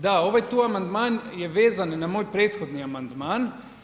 Da, ovaj tu amandman je vezan na moj prethodni amandman.